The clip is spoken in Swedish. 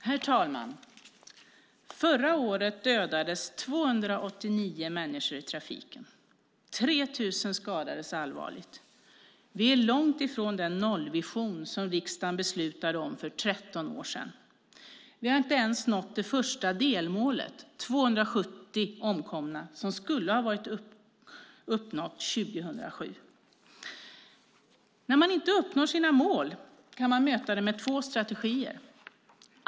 Herr talman! Förra året dödades 289 människor i trafiken. 3 000 människor skadades allvarligt. Vi är långt ifrån den nollvision som riksdagen för 13 år sedan beslutade om. Vi har inte ens nått det första delmålet - högst 270 omkomna - som skulle ha nåtts år 2007. När man inte uppnår sina mål kan man möta det med två strategier.